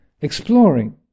exploring